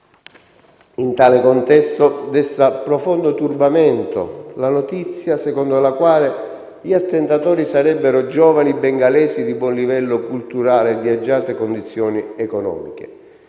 In tale contesto, desta profondo turbamento la notizia secondo la quale gli attentatori sarebbero giovani bengalesi di buon livello culturale e di agiate condizioni economiche.